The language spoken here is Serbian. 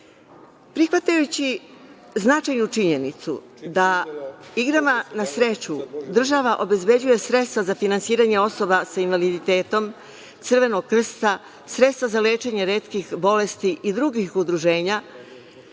Prihvatajući značajnu činjenicu da igrama na sreću država obezbeđuje sredstva za finansiranje osoba sa invaliditetom, Crvenog krsta, sredstva za lečenje retkih bolesti i drugih udruženja,